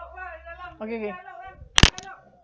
okay kay